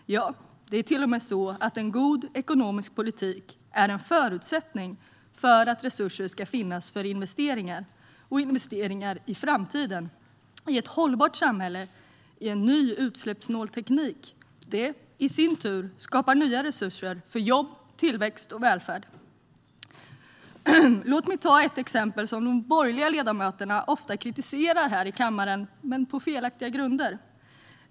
Ja, det är till och med så att en god ekonomisk politik är en förutsättning för att resurser ska finnas för investeringar. Investeringar i framtiden, i ett hållbart samhälle och i ny utsläppssnål teknik skapar i sin tur nya resurser för jobb, tillväxt och välfärd. Låt mig ta ett exempel som de borgerliga ledamöterna ofta kritiserar här i kammaren, på felaktiga grunder.